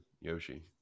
Yoshi